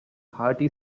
hearty